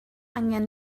angen